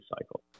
cycle